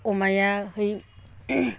अमायाहै